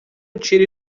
tire